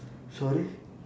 sorry